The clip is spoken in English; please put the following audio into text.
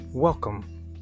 Welcome